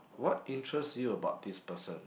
what interest you about this person